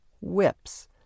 whips